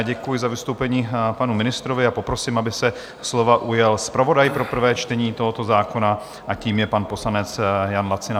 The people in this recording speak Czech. Děkuji za vystoupení panu ministrovi a poprosím, aby se slova ujal zpravodaj pro prvé čtení tohoto zákona, a tím je pan poslanec Jan Lacina.